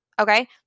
Okay